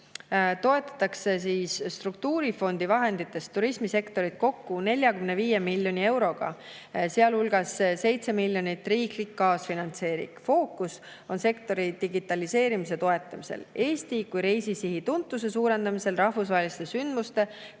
toetatakse struktuurifondi vahenditest turismisektorit kokku 45 miljoni euroga, sealhulgas 7 miljonit on riiklik kaasfinantseering. Fookus on sektori digitaliseerimise toetamisel, Eesti kui reisisihi tuntuse suurendamisel, rahvusvaheliste sündmuste ja